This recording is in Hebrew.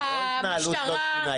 זה לא התנהלות לא תקינה.